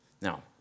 Now